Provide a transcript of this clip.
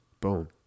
Boom